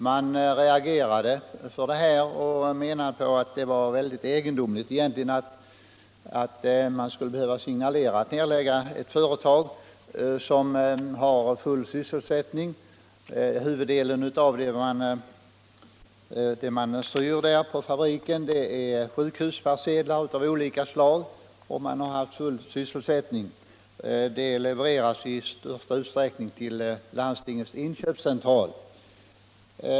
Man reagerade och menade att det var egendomligt att det skulle vara nödvändigt att signalera om nedläggning av ett företag som har full sysselsättning. Huvuddelen av det som tillverkas på fabriken är sjukhuspersedlar av olika slag, och man har haft full sysselsättning. Produkterna levereras i största utsträckning till Landstingens inköpscentral.